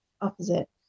opposite